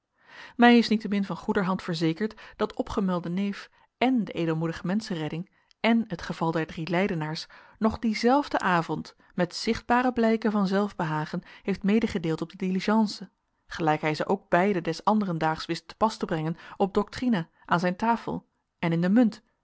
mij is niettemin van goederhand verzekerd dat opgemelde neef èn de edelmoedige menschenredding èn het geval der drie leidenaars nog dien zelfden avond met zichtbare blijken van zelfbehagen heeft medegedeeld op de diligence gelijk hij ze ook beiden des anderen daags wist te pas te brengen op doctrina aan zijn tafel en in de munt